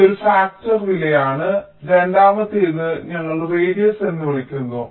ഇത് ഒരു ഫാക്ടർ വിലയാണ് രണ്ടാമത്തേത് ഞങ്ങൾ റേഡിയസ് എന്ന് വിളിക്കുന്നു